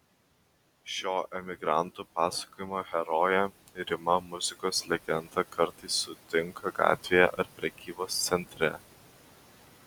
šio emigrantų pasakojimo herojė rima muzikos legendą kartais sutinka gatvėje ar prekybos centre